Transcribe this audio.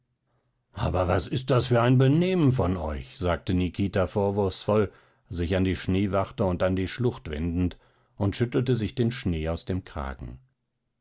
aber was ist das für ein benehmen von euch sagte nikita vorwurfsvoll sich an die schneewachte und an die schlucht wendend und schüttelte sich den schnee aus dem kragen